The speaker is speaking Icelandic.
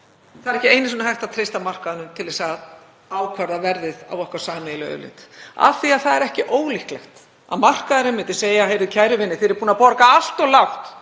það er ekki einu sinni hægt að treysta markaðnum til þess að ákvarða verðið á okkar sameiginlegu auðlind af því að það er ekki ólíklegt að markaðurinn myndi segja: Heyrðu, kæru vinir, þið eruð búnir að borga allt of lágt